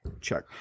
Check